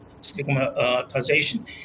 stigmatization